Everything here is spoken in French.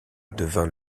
devint